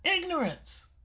ignorance